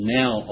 now